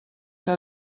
que